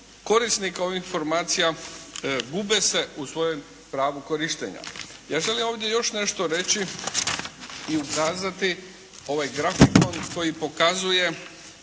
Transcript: korisnika ovih informacija gube se u svojem pravu korištenja. Ja želim ovdje još nešto reći i ukazati, ovaj grafikon koji pokazuje